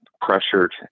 pressured